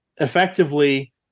effectively